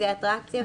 זה אטרקציה.